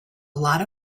lot